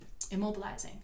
immobilizing